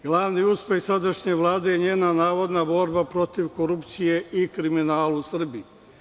Glavni uspeh sadašnje Vlade je njena navodna borba protiv korupcije i kriminala u Srbiji.